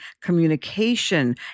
communication